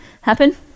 happen